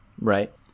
Right